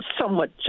somewhat